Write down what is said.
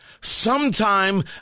sometime